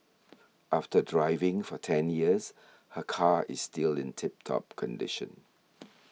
after driving for ten years her car is still in tip top condition